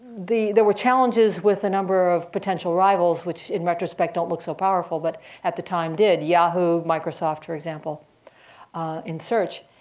there were challenges with a number of potential rivals, which in retrospect don't look so powerful, but at the time did yahoo, microsoft, for example in search.